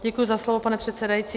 Děkuji za slovo, pane předsedající.